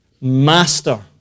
master